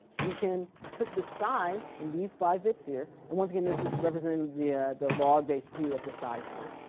we can put the size in these five bits here. and once again this is representing the ah the log base two at the size here.